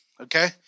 Okay